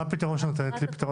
מה הפתרון האחר